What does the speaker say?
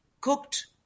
cooked